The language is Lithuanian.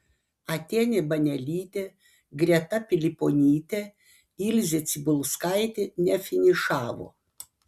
atėnė banelytė greta piliponytė ilzė cibulskaitė nefinišavo